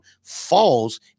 falls